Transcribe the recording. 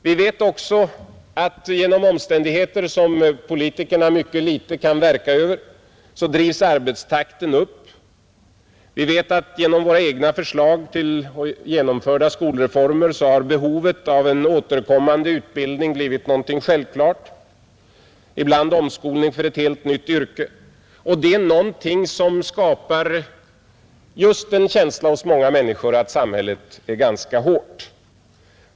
Vi vet också att genom omständigheter, som politikerna mycket litet kan verka över, drivs arbetstakten upp. Vi vet att genom våra egna förslag till genomförda skolreformer har behovet av en återkommande utbildning blivit någonting självklart, ibland omskolning för ett helt nytt yrke. Det är någonting som skapar just en känsla hos många människor av att samhället är ganska hårt.